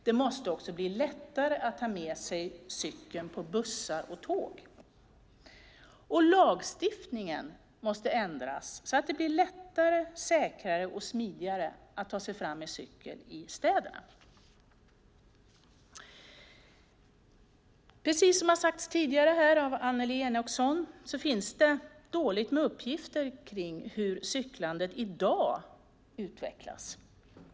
Det måste bli lättare att ta med sig cykeln på bussar och tåg. Och lagstiftningen måste ändras så att det blir lättare, säkrare och smidigare att ta sig fram med cykel i städerna. Precis som sagts tidigare av Annelie Enochson finns det dåligt med uppgifter kring hur cyklandet i dag utvecklas.